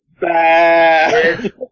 Bad